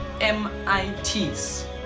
mit's